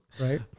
Right